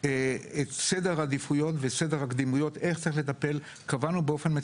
את סדר העדיפויות וסדר הקדימויות וקבענו באופן מאוד